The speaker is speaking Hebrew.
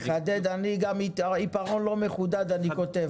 לחדד, אני גם עיפרון לא מחודד אני כותב בו.